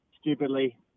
stupidly